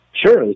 Sure